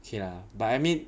K lah but I mean